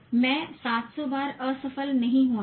मैं सात सौ बार असफल नहीं हुआ हूं